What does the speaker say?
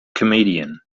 comedian